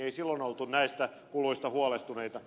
ei silloin oltu näistä kuluista huolestuneita